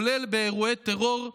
כולל באירועי טרור נפשעים.